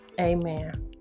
Amen